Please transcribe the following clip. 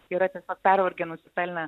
yra tiesiog pervargę nusipelnę